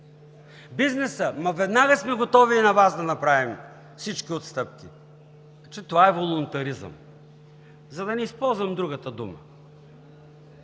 Бизнесът – веднага сме готови и на Вас да направим всички отстъпки. Това е волунтаризъм, за да не използвам другата дума.